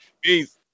Peace